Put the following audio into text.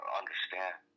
understand